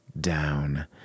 down